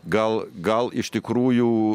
gal gal iš tikrųjų